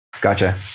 Gotcha